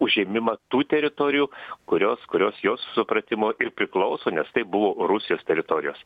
užėmimą tų teritorijų kurios kurios jos supratimu ir priklauso nes tai buvo rusijos teritorijos